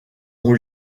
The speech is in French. ont